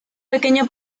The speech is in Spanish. pequeño